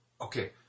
Okay